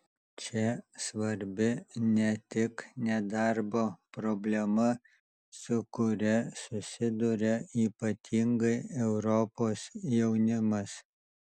čia svarbi ne tik nedarbo problema su kuria susiduria ypatingai europos jaunimas